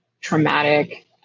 traumatic